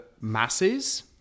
masses